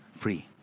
free